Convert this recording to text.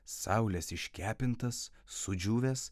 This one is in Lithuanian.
saulės iškepintas sudžiūvęs